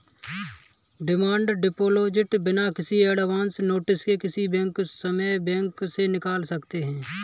demand deposit बिना किसी advance notice के किसी भी समय बैंक से निकाल सकते है